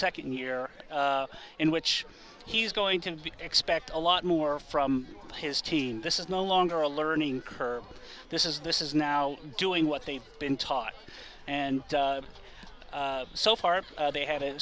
second year in which he's going to expect a lot more from his team this is no longer a learning curve this is this is now doing what they've been taught and so far they have